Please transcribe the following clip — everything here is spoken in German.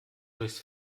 durchs